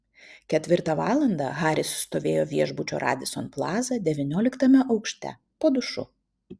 ketvirtą valandą haris stovėjo viešbučio radisson plaza devynioliktame aukšte po dušu